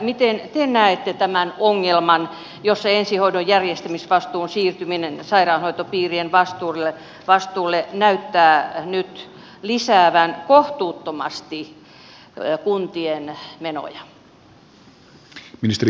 miten te näette tämän ongelman jossa ensihoidon järjestämisvastuun siirtyminen sairaanhoitopiirien vastuulle näyttää nyt lisäävän kohtuuttomasti kuntien menoja